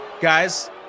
Guys